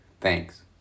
Thanks